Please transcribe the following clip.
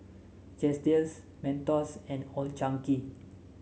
Chesdale Mentos and Old Chang Kee